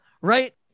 right